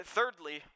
Thirdly